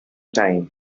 time